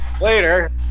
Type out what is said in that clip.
later